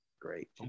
Great